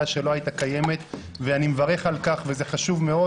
שלא הייתה קיימת ואני מברך על כך וזה חשוב מאוד.